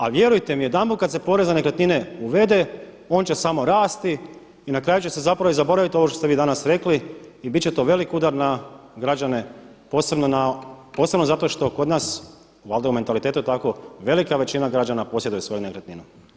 A vjerujte mi jedanput kada se porez na nekretnine uvede, on će samo rasti i na kraju će se zapravo i zaboraviti ovo što ste vi danas rekli i bit će to velik udar na građane, posebno zato što kod nas valjda je u mentalitetu tako velika većina građana posjeduje svoju nekretninu.